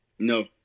No